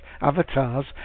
avatars